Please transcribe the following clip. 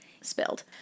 spilled